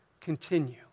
continue